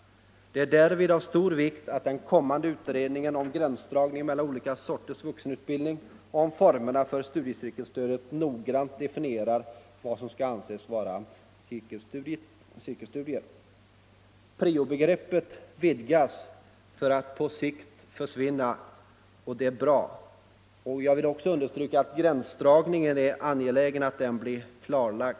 Det är därvid av stor vikt att den kommande utredningen om gräns — Nr 83 dragningen mellan olika sorters vuxenutbildning och om formerna för Tisdagen den studiecirkelstödet noggrant definierar vad som skall anses vara cirkel 20 maj 1975 studier.” ia rslinie Prio-begreppet vidgas för att på sikt försvinna, och det är bra. Jag Vuxenutbildningen, vill också understryka att det är viktigt att gränsdragningen blir klarlagd.